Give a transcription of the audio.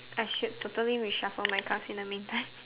I should totally reshuffle my cards in the mean time